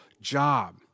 job